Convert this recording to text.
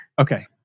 Okay